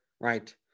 right